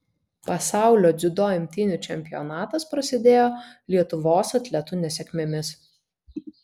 pasaulio dziudo imtynių čempionatas prasidėjo lietuvos atletų nesėkmėmis